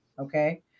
Okay